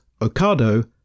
Ocado